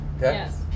Yes